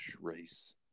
race